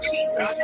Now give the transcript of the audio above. Jesus